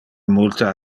multe